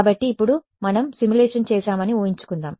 కాబట్టి ఇప్పుడు మనం సిమ్యులేషన్ చేశామని ఊహించుకుందాం